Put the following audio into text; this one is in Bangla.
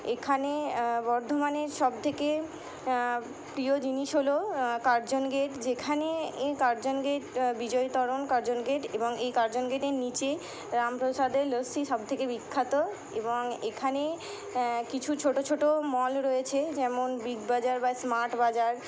এখানে বর্ধমানের সবথেকে প্রিয় জিনিস হলো কার্জন গেট যেখানে এই কার্জন গেট বিজয়ী তরণ কার্জন গেট এবং এই কার্জন গেটের নিচে রামপ্রসাদের লস্যি সবথেকে বিখ্যাত এবং এখানে কিছু ছোটো ছোটো মল রয়েছে যেমন বিগ বাজার বা স্মার্ট বাজার